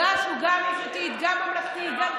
הגשנו גם ממשלתית, גם ממלכתית.